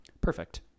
perfect